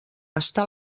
està